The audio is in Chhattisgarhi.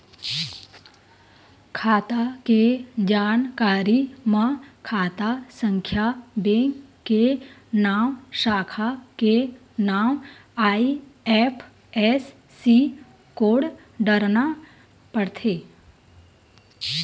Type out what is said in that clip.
खाता के जानकारी म खाता संख्या, बेंक के नांव, साखा के नांव, आई.एफ.एस.सी कोड डारना परथे